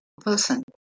person